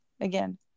Again